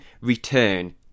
return